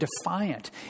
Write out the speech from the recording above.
defiant